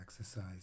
exercise